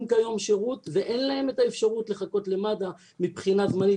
כיום שירות ואין להם את האפשרות לחכות למד"א מבחינת זמנים.